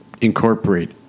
incorporate